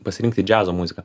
pasirinkti džiazo muziką